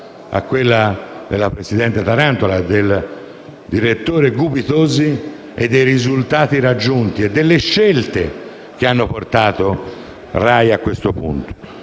a quella della presidente Tarantola e del direttore Gubitosi), i risultati raggiunti e le scelte che hanno portato la RAI a questo punto.